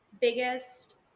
biggest